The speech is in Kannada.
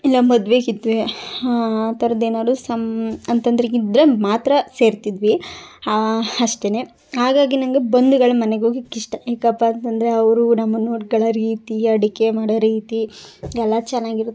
ಇಲ್ಲ ಮದುವೆ ಗಿದ್ವೆ ಆ ಥರದ ಏನಾದ್ರೂ ಸಂ ಅಂತ ಅಂದ್ರೆ ಇದ್ದರೆ ಮಾತ್ರ ಸೇರ್ತಿದ್ವಿ ಅಷ್ಟೇ ಹಾಗಾಗಿ ನನಗೆ ಬಂಧುಗಳ ಮನೆಗೋಕ್ ಇಷ್ಟ ಯಾಕಪ್ಪ ಅಂತ ಅಂದ್ರೆ ಅವರು ನಮ್ಮ ನೋಡ್ಕೊಳ್ಳೊ ರೀತಿ ಅಡುಗೆ ಮಾಡೋ ರೀತಿ ಎಲ್ಲ ಚೆನ್ನಾಗಿರುತ್ತೆ